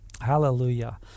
Hallelujah